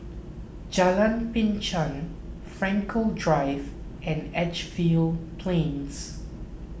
Jalan Binchang Frankel Drive and Edgefield Plains